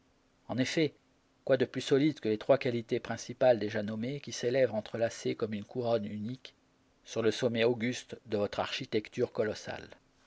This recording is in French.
en effet quoi de plus solide que les trois qualités principales déjà nommées qui s'élèvent entrelacées comme une couronne unique sur le sommet auguste de votre architecture colossale